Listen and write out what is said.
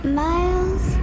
miles